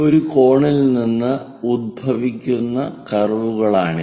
ഒരു കോണിൽ നിന്ന് ഉത്ഭവിക്കുന്ന കർവുകളാണിവ